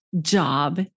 job